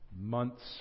months